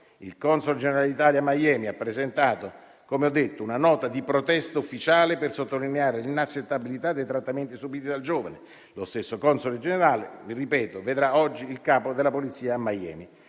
Il console generale d'Italia a Miami ha presentato, come ho detto, una nota di protesta ufficiale per sottolineare l'inaccettabilità dei trattamenti subiti dal giovane. Lo stesso console generale, ripeto, vedrà oggi il capo della polizia a Miami.